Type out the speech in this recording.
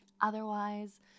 Otherwise